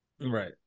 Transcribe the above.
Right